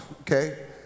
okay